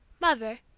Mother